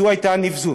זו הייתה נבזות.